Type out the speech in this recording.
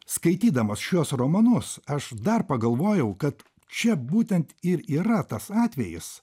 skaitydamas šiuos romanus aš dar pagalvojau kad čia būtent ir yra tas atvejis